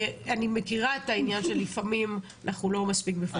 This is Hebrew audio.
אני מכירה את העניין שלפעמים אנחנו לא מספיק בפוקוס.